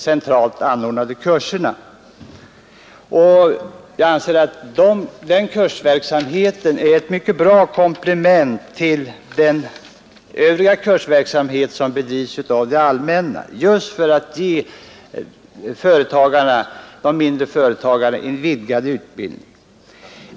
Jag anser att den kursverksamheten är ett mycket bra komplement till den övriga kursverksamhet som bedrivs av det allmänna just för att ge mindre företagare en vidgad utbildning.